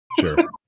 Sure